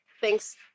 thanks